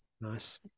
Nice